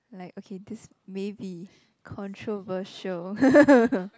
like okay this may be controversial